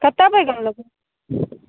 कतेक बैगन लेबै